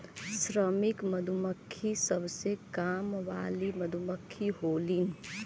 श्रमिक मधुमक्खी सबसे काम वाली मधुमक्खी होलीन